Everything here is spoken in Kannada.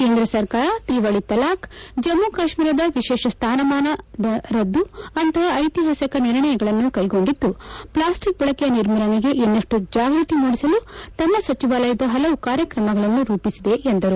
ಕೇಂದ್ರ ಸರ್ಕಾರ ತ್ರಿವಳಿ ತಲಾಖ್ ಜಮ್ಮ ಕಾಶ್ಮೀರದ ವಿಶೇಷ ಸ್ಥಾನಮಾನ ರದ್ದು ಅಂಥಪ ಐತಿಹಾಸಿಕ ನಿರ್ಣಯಗಳನ್ನು ಕೈಗೊಂಡಿದ್ದು ಪ್ಲಾಸ್ಟಿಕ್ ಬಳಕೆ ನಿರ್ಮೂಲನೆಗೆ ಇನ್ನಷ್ಟು ಜಾಗೃತಿ ಮೂಡಿಸಲು ತಮ್ಮ ಸಚಿವಾಲಯದ ಪಲವು ಕಾರ್ಯಕ್ರಮಗಳನ್ನು ರೂಪಿಸಿದೆ ಎಂದರು